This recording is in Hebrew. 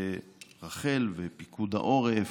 רח"ל ופיקוד העורף,